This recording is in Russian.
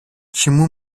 чему